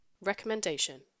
Recommendation